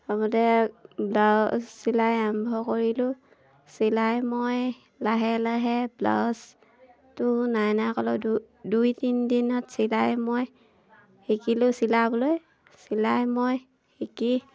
প্ৰথমতে ব্লাউজ চিলাই আৰম্ভ কৰিলোঁ চিলাই মই লাহে লাহে ব্লাউজটো নাই নাই ক'লে দুই দুই তিনদিনত চিলাই মই শিকিলোঁ চিলাবলৈ চিলাই মই শিকি